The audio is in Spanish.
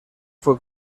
fue